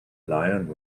lion